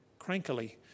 crankily